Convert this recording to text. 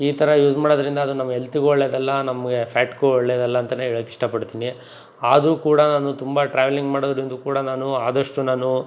ಈ ಥರ ಯೂಸ್ ಮಾಡೋದ್ರಿಂದ ಅದು ನಮ್ಮ ಎಲ್ತಿಗೂ ಒಳ್ಳೆದಲ್ಲ ನಮಗೆ ಫ್ಯಾಟ್ಗೂ ಒಳ್ಳೆದಲ್ಲ ಅಂತ ಹೇಳಕ್ ಇಷ್ಟಪಡ್ತೀನಿ ಆದರೂ ಕೂಡ ನಾನು ತುಂಬ ಟ್ರ್ಯಾವೆಲಿಂಗ್ ಮಾಡೋದ್ರಿಂದ ಕೂಡ ನಾನು ಆದಷ್ಟು ನಾನು